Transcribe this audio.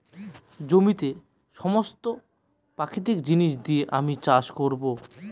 জমিতে সমস্ত প্রাকৃতিক জিনিস দিয়ে আমি চাষ করবো